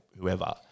whoever